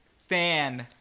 Stand